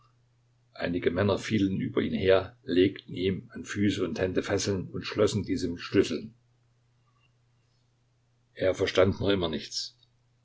einige männer fielen über ihn her legten ihm an füße und hände fesseln an und schlossen diese mit schlüsseln er verstand noch immer nichts